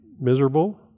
miserable